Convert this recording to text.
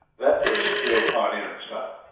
that was real pioneering stuff.